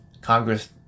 Congress